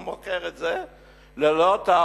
הוא מוכר את זה ללא טאבו,